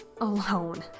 alone